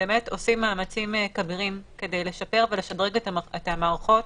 אנחנו עושים מאמצים כבירים כדי לשפר ולשדרג את המערכות